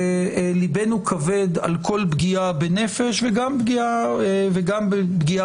לבנו כבד על כל פגיעה בנפש וגם פגיעה ברכוש.